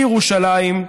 לירושלים,